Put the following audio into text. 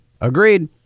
Agreed